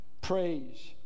Praise